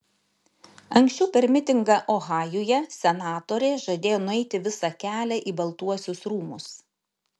anksčiau per mitingą ohajuje senatorė žadėjo nueiti visą kelią į baltuosius rūmus